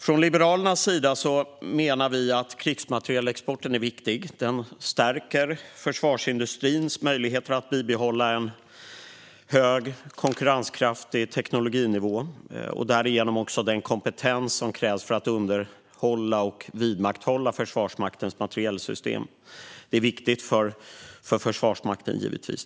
Från Liberalernas sida menar vi att krigsmaterielexporten är viktig. Den stärker försvarsindustrins möjligheter att bibehålla en hög konkurrenskraftig teknologinivå och därigenom också den kompetens som krävs för att underhålla och vidmakthålla Försvarsmaktens materielsystem. Detta är givetvis viktigt för Försvarsmakten.